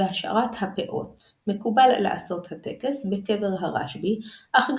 זאת הרמ"א כתב שאין לשנותו כי הוא מנהג ותיקין.